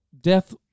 death